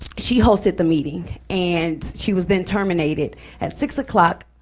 she hosted the meeting and she was then terminated at six o'clock,